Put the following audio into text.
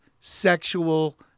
sexual